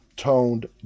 Toned